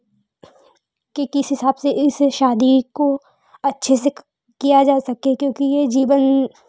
कि किस हिसाब से इस शादी को अच्छे से किया जा सके क्योंकि यह जीवन